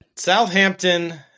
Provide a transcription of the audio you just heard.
Southampton